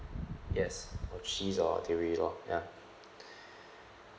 yes or cheese or dairy lor ya